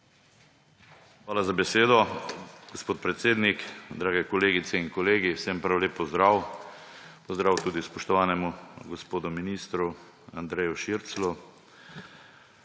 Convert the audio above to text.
Hvala za besedo, gospod predsednik. Drage kolegice in kolegi, vsem prav lep pozdrav. Pozdrav tudi spoštovanemu gospodu ministru Andreju Širclju.